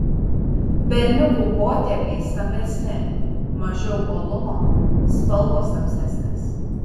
berniukų potėpiai stambesni mažiau uolumo spalvos tamsesnės